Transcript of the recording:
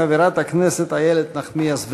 חברת הכנסת איילת נחמיאס ורבין.